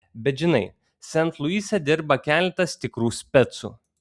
bet žinai sent luise dirba keletas tikrų specų